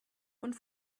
und